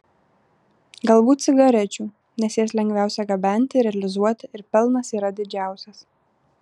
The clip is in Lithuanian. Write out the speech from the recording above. galbūt cigarečių nes jas lengviausia gabenti realizuoti ir pelnas yra didžiausias